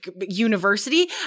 university